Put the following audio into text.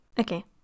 okay